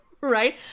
right